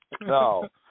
No